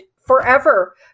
forever